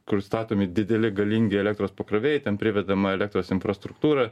kur statomi dideli galingi elektros pakrovėjai ten privedama elektros infrastruktūra